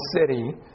city